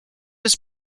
his